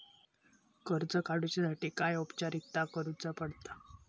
कर्ज काडुच्यासाठी काय औपचारिकता करुचा पडता?